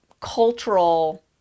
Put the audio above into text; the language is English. cultural